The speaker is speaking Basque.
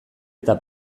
eta